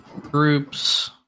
groups